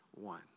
one